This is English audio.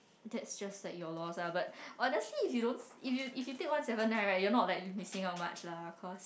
that's just like your loss ah but honestly if you don't if you if you take one seven nine right you're not missing out much lah cause